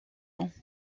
ans